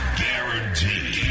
guaranteed